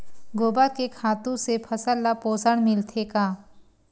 गोबर के खातु से फसल ल पोषण मिलथे का?